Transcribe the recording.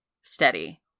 steady